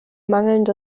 mangelnde